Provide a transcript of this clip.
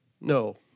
No